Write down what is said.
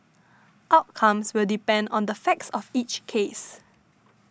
outcomes will depend on the facts of each case